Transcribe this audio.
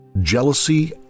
jealousy